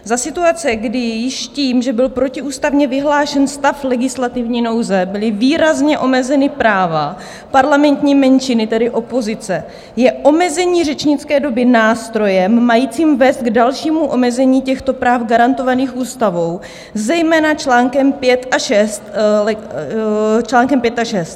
Za situace, kdy již tím, že byl protiústavně vyhlášen stav legislativní nouze, byla výrazně omezena práva parlamentní menšiny, tedy opozice, je omezení řečnické doby nástrojem, majícím vést k dalšímu omezení těchto práv garantovaných Ústavou, zejména čl. 5 a 6.